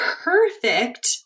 perfect